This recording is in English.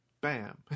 bam